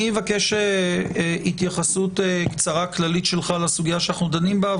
אני אבקש התייחסות קצרה כללית לסוגייה שאנחנו דנים בה,